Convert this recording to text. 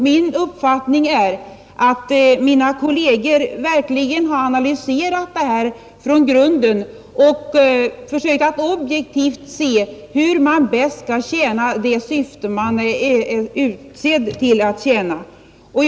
Min uppfattning är att mina kolleger verkligen analyserat detta från grunden och försökt att objektivt se hur man bäst kan tjäna det syfte man är satt att verka för.